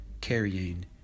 carrying